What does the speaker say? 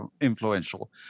influential